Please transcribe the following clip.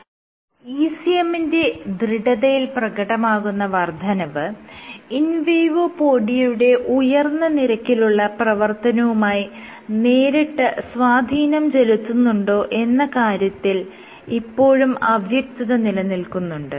ECM ന്റെ ദൃഢതയിൽ പ്രകടമാകുന്ന വർദ്ധനവ് ഇൻവേഡോപോഡിയയുടെ ഉയർന്ന നിരക്കിലുള്ള പ്രവർത്തനവുമായി നേരിട്ട് സ്വാധീനം ചെലുത്തുന്നുണ്ടോ എന്ന കാര്യത്തിൽ ഇപ്പോഴും അവ്യക്തത നിലനിൽക്കുന്നുണ്ട്